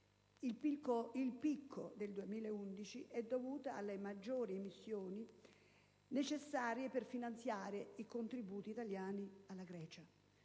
Il picco del 2011 è dovuto alle maggiori emissioni necessarie per finanziare i contributi italiani alla Grecia.